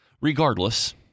Regardless